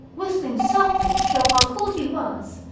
whistling softly to show how cool he was,